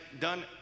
done